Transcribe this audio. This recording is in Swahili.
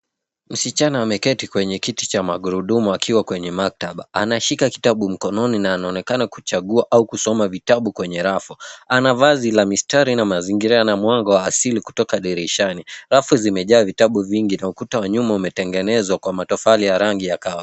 Msichana ameketi kwenye kiti cha magurudumu akiwa kwenye maktaba. Anashika kitabu mkononi na anaonekana kuchagua au kusoma vitabu kwenye rafu. Ana vazi la mistari na mazingira yana mwanga ya asili kutoka dirishani. Rafu zimejaa vitabu vingi na ukuta wa nyuma umetengenezwa kwa matofali ya rangi ya kahawia.